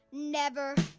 never